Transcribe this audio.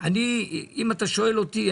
אם אתה שואל אותי,